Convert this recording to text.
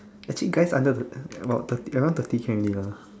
actually guys under about thirty around thirty can already lah